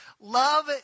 Love